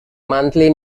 monthly